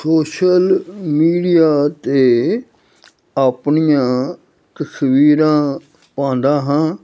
social media 'ਤੇ ਆਪਣੀਆਂ ਤਸਵੀਰਾਂ ਪਾਉਂਦਾ ਹਾਂ